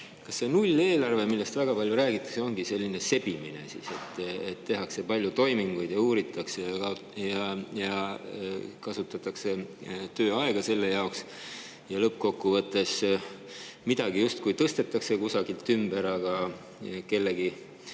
Kas see nulleelarve, millest väga palju räägitakse, ongi siis selline sebimine, et tehakse palju toiminguid ja uuritakse? Kasutatakse tööaega selle jaoks ja lõppkokkuvõttes midagi justkui tõstetakse kusagilt ümber, aga kellegi